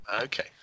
okay